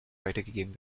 weitergegeben